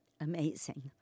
amazing